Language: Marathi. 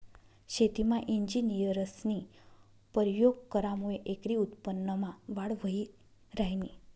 शेतीमा इंजिनियरस्नी परयोग करामुये एकरी उत्पन्नमा वाढ व्हयी ह्रायनी